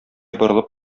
борылып